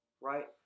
right